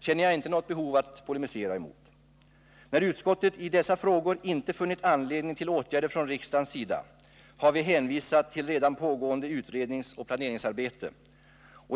känner jag inte något behov att polemisera mot. När utskottet i dessa frågor inte funnit anledning till åtgärder från riksdagens sida har vi hänvisat till redan pågående utredningsoch planeringsarbete.